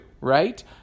right